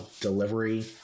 delivery